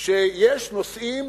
שיש נושאים